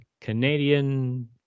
Canadian